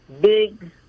big